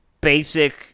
basic